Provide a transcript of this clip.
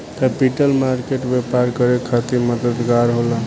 capital market व्यापार करे खातिर मददगार होला